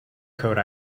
coat